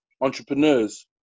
entrepreneurs